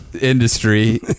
industry